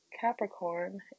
Capricorn